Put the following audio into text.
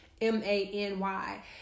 M-A-N-Y